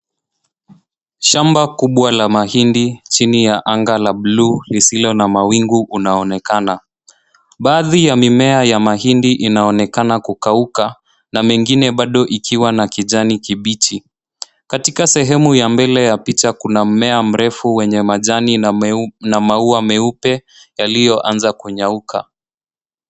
Shamba kubwa la mahindi chini ya anga la buluu lisilo na mawingu unaonekana. Baadhi ya mimea ya mahindi inaonekana kukauka na mengine bado ikiwa na kijani kibichi. Katika sehemu ya mbele ya picha, kuna mmea mrefu wenye majani na maua meupe yaliyoanza kunyauka.